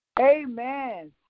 Amen